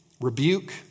rebuke